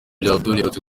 yagarutse